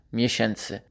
miesięcy